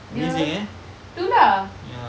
dia tu lah